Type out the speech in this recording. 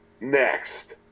next